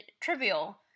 trivial